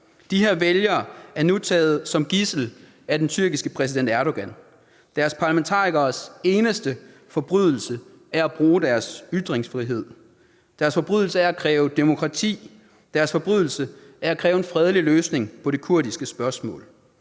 De her vælgere er nu taget som gidsel af den tyrkiske præsident Erdogan. Deres parlamentarikeres eneste forbrydelse er at bruge deres ytringsfrihed. Deres forbrydelser er at kræve demokrati. Deres forbrydelse er at kræve en fredelig løsning på det kurdiske spørgsmål.